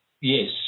Yes